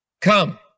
Come